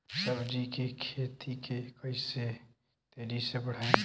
सब्जी के खेती के कइसे तेजी से बढ़ाई?